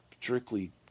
strictly